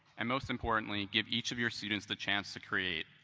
and most importantly, give each of your students the chance to create.